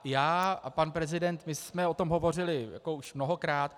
Já a pan prezident, my jsme o tom hovořili už mnohokrát.